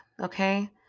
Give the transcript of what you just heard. Okay